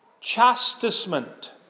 Chastisement